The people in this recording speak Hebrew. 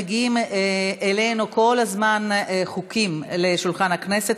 מגיעים אלינו כל הזמן חוקים לשולחן הכנסת,